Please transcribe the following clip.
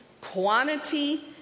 quantity